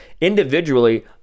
Individually